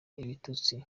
ibitutsi